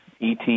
ET